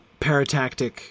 paratactic